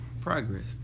progress